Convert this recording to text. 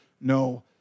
no